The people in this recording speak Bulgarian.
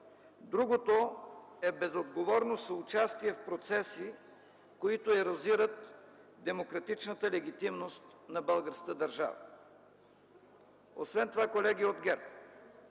Другото е безотговорно съучастие в процеси, които ерозират демократичната легитимност на българската държава. Освен това, колеги от ГЕРБ,